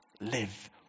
live